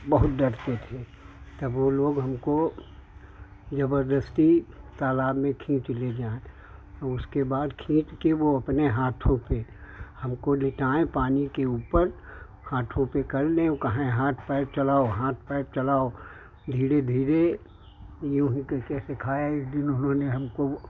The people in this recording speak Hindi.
बहुत डरते थे तो वह लोग हमको ज़बरदस्ती तालाब में खींच ले जा और उसके बाद खींच कर वह अपने हाथों से हमको लेटाए पानी के ऊपर हाथों पर कर लिए और कहा हाथ पैर चलाओ हाथ पैर चलाओ धीरे धीरे जो हमको सिखाया जो उन्होंने हमको